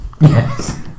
yes